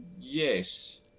Yes